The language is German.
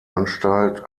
anstalt